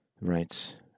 Right